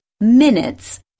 minutes